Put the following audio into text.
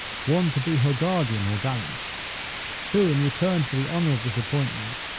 one to be her guardian or gallant who, in return for the honor of this appointment,